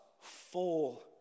full